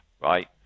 right